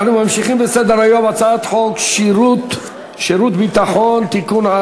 אנחנו ממשיכים בסדר-היום: הצעת חוק שירות ביטחון (תיקון,